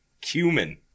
cumin